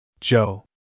Joe